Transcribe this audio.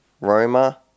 Roma